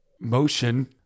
motion